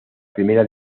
primera